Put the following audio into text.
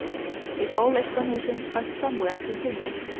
if all explanations are somewhere continuous.